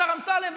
השר אמסלם,